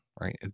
right